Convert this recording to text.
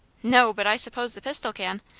no but i suppose the pistol can.